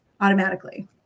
automatically